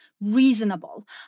reasonable